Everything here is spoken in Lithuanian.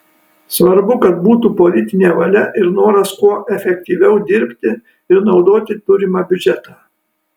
svarbu kad būtų politinė valia ir noras kuo efektyviau dirbti ir naudoti turimą biudžetą